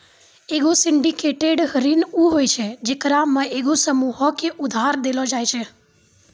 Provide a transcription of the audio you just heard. एगो सिंडिकेटेड ऋण उ होय छै जेकरा मे एगो समूहो के उधार देलो जाय छै